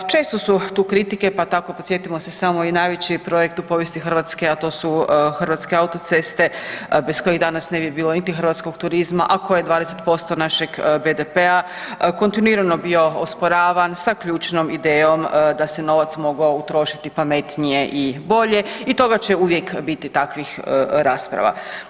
Često su tu kritike, pa tako podsjetimo se samo i najveći projekt u povijesti Hrvatske, a to su Hrvatske autoceste bez kojih danas ne bi bilo niti hrvatskog turizma, a koje 20% našeg BDP-a kontinuirano bio osporavan sa ključnom idejom da se novac mogao utrošiti panedmije i bolje i toga će uvijek biti takvih rasprava.